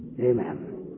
Amen